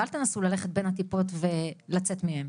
ואל תנסו ללכת בין הטיפות ולצאת מזה.